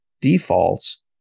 defaults